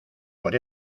por